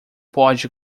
pode